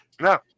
No